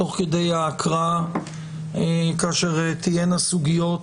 תוך כדי ההקראה כאשר תהיינה סוגיות